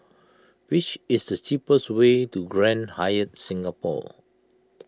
which is the cheapest way to Grand Hyatt Singapore